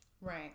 Right